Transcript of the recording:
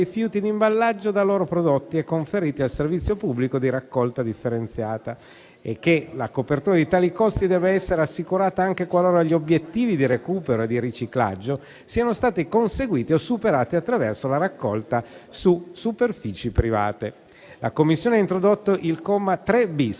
La Commissione ha introdotto il comma 3-*bis*,